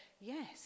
yes